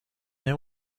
know